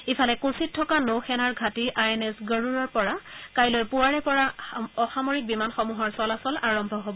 ইফালে কোচিত থকা নৌ সেনাৰ ঘাটি আই এন এছ গডুৰৰ পৰা কাইলৈ পুৱাৰ পৰা অসামৰিক বিমানসমূহৰ চলাচল আৰম্ভ হব